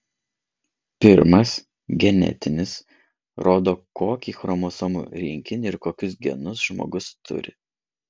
pirmas genetinis rodo kokį chromosomų rinkinį ir kokius genus žmogus turi